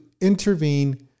intervene